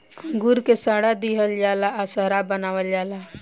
अंगूर के सड़ा दिहल जाला आ शराब बनावल जाला